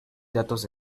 datos